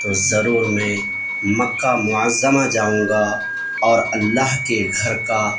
تو ضرور میں مکہ معظمہ جاؤں گا اور اللہ کے گھر کا